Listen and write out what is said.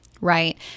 Right